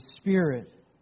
spirit